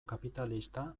kapitalista